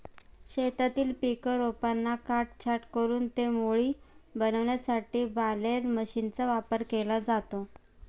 शेतातील पीक रोपांना काटछाट करून ते मोळी बनविण्यासाठी बालेर मशीनचा वापर केला जातो